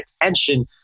attention